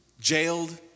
jailed